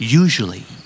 usually